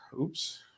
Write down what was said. Oops